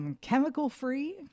chemical-free